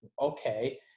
okay